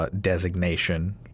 designation